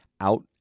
out